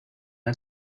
had